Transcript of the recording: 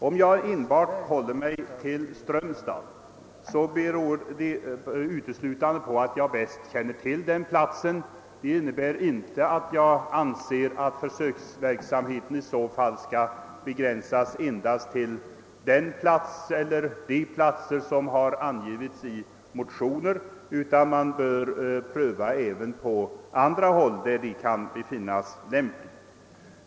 Om jag enbart håller mig till Strömstad beror det uteslutande på att jag bäst känner till den platsen. Det innebär inte att jag anser att försöksverksamheten i så fall skall begränsas endast till de platser som har angivits i de väckta motionerna utan man bör pröva den även på andra håll där det kan befinnas lämpligt.